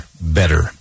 better